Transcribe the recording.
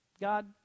God